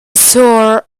sure